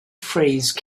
phrase